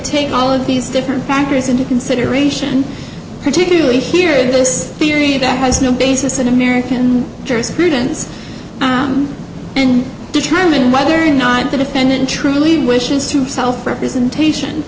take all of these different factors into consideration particularly here it is theory that has no basis in american jurisprudence and determine whether or not the defendant truly wishes to self representation